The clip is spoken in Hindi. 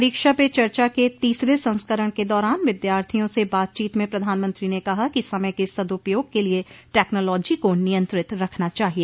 परीक्षा पे चर्चा के तीसरे संस्करण के दौरान विद्यार्थियों से बातचीत में प्रधानमंत्री ने कहा कि समय के सूदपयोग के लिए टैक्नोलॉजी को नियंत्रित रखना चाहिए